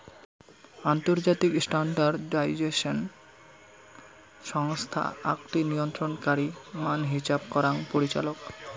আন্তর্জাতিক স্ট্যান্ডার্ডাইজেশন সংস্থা আকটি নিয়ন্ত্রণকারী মান হিছাব করাং পরিচালক